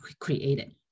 created